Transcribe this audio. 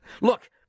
Look